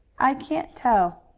i can't tell,